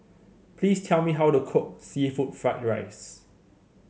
please tell me how to cook seafood Fried Rice